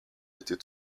était